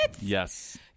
Yes